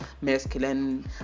masculine